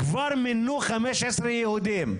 כבר מינו חמש עשרה יהודים,